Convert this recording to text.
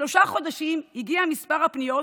בשלושה חודשים הגיע מספר הפניות